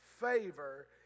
Favor